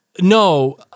No